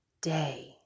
day